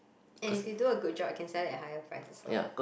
and if you do a good job can sell a higher price also